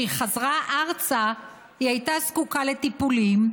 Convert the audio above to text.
כשהיא חזרה ארצה, היא הייתה זקוקה לטיפולים,